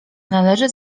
należy